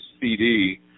CD